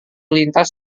lintas